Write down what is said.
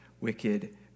wicked